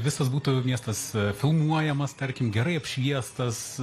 visas būtų miestas filmuojamas tarkim gerai apšviestas